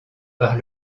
par